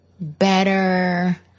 better